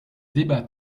débat